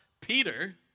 Peter